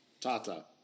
Tata